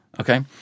okay